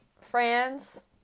friends